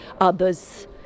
others